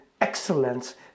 excellence